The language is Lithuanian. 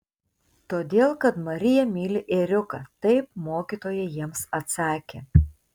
todėl kad marija myli ėriuką taip mokytoja jiems atsakė